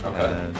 Okay